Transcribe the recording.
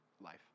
life